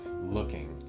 looking